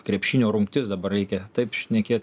krepšinio rungtis dabar reikia taip šnekėt